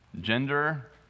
gender